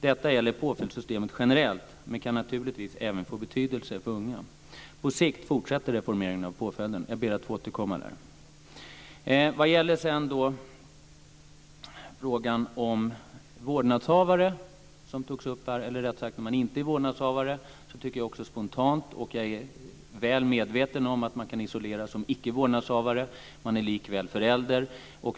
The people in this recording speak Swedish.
Detta gäller påföljdssystemet generellt, men kan naturligtvis även få betydelse för unga. På sikt fortsätter reformeringen av påföljden. Jag ber att få återkomma där. Frågan om föräldrar som inte är vårdnadshavare togs upp här. Jag är väl medveten om att man kan isoleras som icke vårdnadshavare, men att man likväl är förälder.